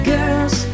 Girls